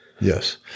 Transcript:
Yes